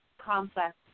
complex